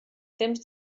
temps